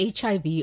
HIV